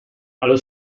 allo